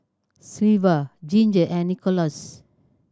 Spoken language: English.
Sylva Ginger and Nicholaus